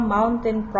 Mountain